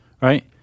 right